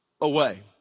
away